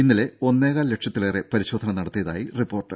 ഇന്നലെ ഒന്നേകാൽ ലക്ഷത്തിലേറെ പരിശോധന നടത്തിയതായി റിപ്പോർട്ട്